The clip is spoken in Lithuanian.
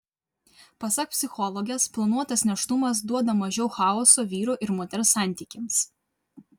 pasak psichologės planuotas nėštumas duoda mažiau chaoso vyro ir moters santykiams